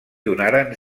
donaren